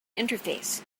interface